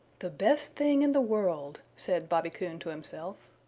the best thing in the world, said bobby coon to himself.